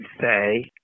say